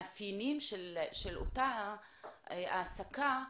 המאפיינים של אותה העסקה,